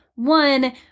One